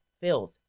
Filled